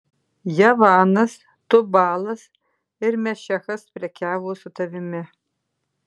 javanas tubalas ir mešechas prekiavo su tavimi